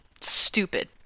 stupid